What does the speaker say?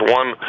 one